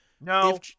no